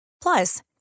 Plus